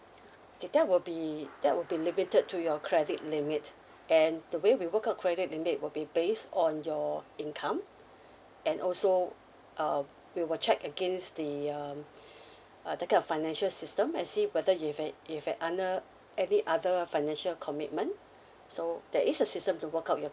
okay that will be that will be limited to your credit limit and the way we work out credit limit will be based on your income and also uh we will check against the um uh the kind of financial system and see whether you've an you've an under any the other financial commitment so that is a system to work out your